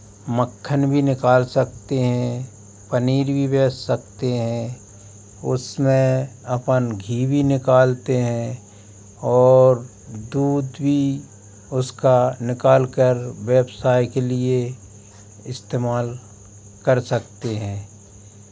मक्खन भी निकाल सकते हैं पनीर भी बेच सकते हैं उसमें अपन घी भी निकालते हैं और दूध भी उसका निकाल कर व्यवसाय के लिए इस्तेमाल कर सकते हैं